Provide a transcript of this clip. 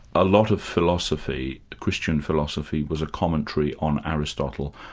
a lot of philosophy, christian philosophy, was a commentary on aristotle,